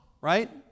right